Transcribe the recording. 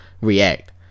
react